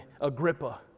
Agrippa